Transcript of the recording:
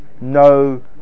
no